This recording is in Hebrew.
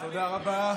תודה רבה.